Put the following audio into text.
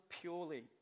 purely